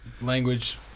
language